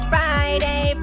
Friday